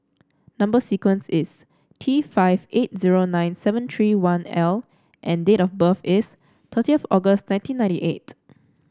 number sequence is T five eight zero nine seven three one L and date of birth is thirty of August nineteen ninety eight